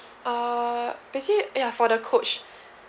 err basically yeah for the coach